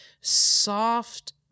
soft